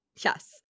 Yes